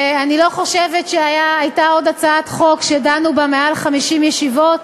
ואני לא חושבת שהייתה עוד הצעת חוק שדנו בה מעל 50 ישיבות